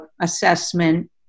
assessment